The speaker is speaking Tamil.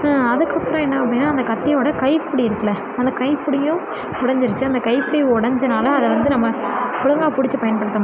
அதுக்கப்புறம் என்ன அப்படின்னா அந்த கத்தியோட கைப்பிடி இருக்கில்ல அந்த கைப்பிடியும் உடஞ்சிருச்சி அந்த கைப்பிடி உடஞ்சனால அதை வந்து நம்ம ஒழுங்காக பிடிச்சி பயன்படுத்த முடில